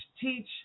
teach